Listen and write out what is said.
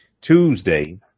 Tuesday